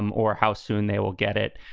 um or how soon they will get it.